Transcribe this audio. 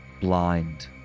blind